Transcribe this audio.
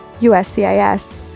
USCIS